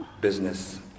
business